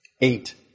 eight